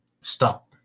stop